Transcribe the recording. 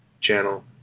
channel